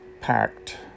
packed